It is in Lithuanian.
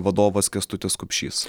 vadovas kęstutis kupšys